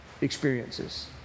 experiences